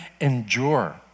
endure